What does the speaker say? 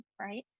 Right